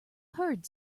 heard